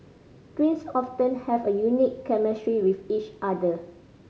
twins often have a unique chemistry with each other